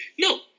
No